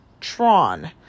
Tron